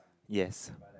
yes